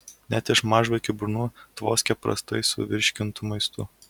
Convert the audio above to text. net iš mažvaikių burnų tvoskia prastai suvirškintu maistu